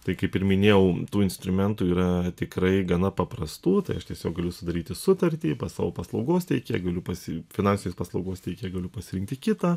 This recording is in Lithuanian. tai kaip ir minėjau tų instrumentų yra tikrai gana paprastų tai aš tiesiog galiu sudaryti sutartį pas savo paslaugos teikėją galiu pasi finansinės paslaugos teikėją galiu pasirinkti kitą